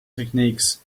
techniques